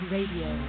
Radio